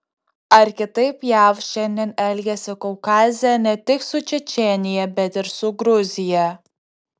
ar kitaip jav šiandien elgiasi kaukaze ne tik su čečėnija bet ir su gruzija